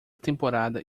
temporada